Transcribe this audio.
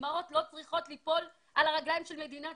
אימהות לא צריכות ליפול על הרגליים של מדינת